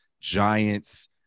Giants